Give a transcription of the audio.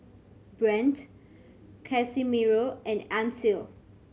Brandt Casimiro and Ancil